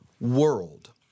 world